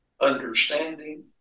understanding